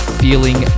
feeling